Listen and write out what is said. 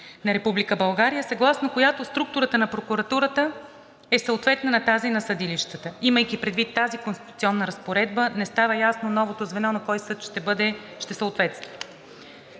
България. Съгласно нея структурата на прокуратурата е съответна на тази на съдилищата, но имайки предвид тази конституционна разпоредба, не става ясно новото звено на кой съд ще съответства.